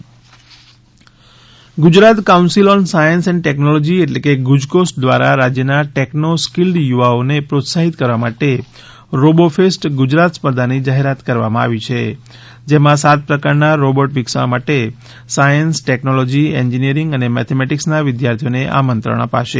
Robofest Gujarat Gujarat council on science and technology એટ્લે કે ગુજકોસ્ટ દ્વારા રાજ્યના ટેક્નો સ્કિલ્ડ યુવાઓને પ્રોત્સાહિત કરવા માટે માટે રોબોફેસ્ટ ગુજરાત સ્પર્ધાની જાહેરાત કરવામાં આવી છે જેમાં સાત પ્રકારના રોબોટ વિકસાવવા માટે સાયન્સ ટેક્નોલોજી એન્જીનિયરીંગ અને મેથેમેટિક્સનાં વિદ્યાર્થીઓને આમંત્રણ આપશે